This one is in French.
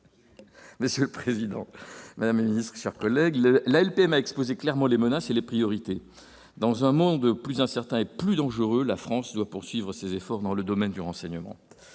Monsieur le président, madame la ministre, mes chers collègues, la LPM a exposé clairement les menaces et les priorités. Dans un monde plus incertain et plus dangereux, la France doit poursuivre ses efforts dans le domaine du renseignement.